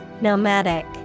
Nomadic